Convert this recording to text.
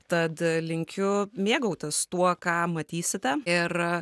tad linkiu mėgautis tuo ką matysite ir